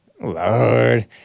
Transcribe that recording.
Lord